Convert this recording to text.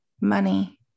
money